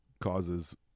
causes